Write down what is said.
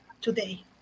today